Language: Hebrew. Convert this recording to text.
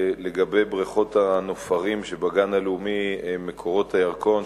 1. חבר הכנסת מיכאלי שאל על בריכת-הנופרים שבגן הלאומי מקורות-הירקון,